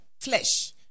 flesh